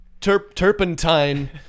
Turpentine